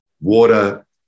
water